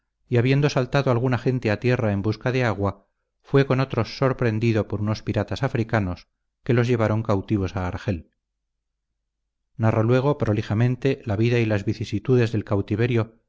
y habiendo saltado alguna gente a tierra en busca de agua fue con otros sorprendido por unos piratas africanos que los llevaron cautivos a argel narra luego prolijamente la vida y las vicisitudes del cautiverio